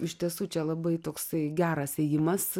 iš tiesų čia labai toksai geras ėjimas